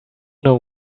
know